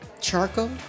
Charcoal